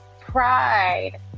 Pride